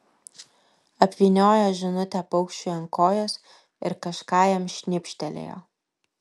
apvyniojo žinutę paukščiui ant kojos ir kažką jam šnibžtelėjo